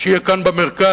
שיהיה כאן במרכז,